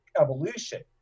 evolution